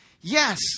Yes